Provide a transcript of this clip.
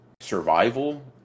survival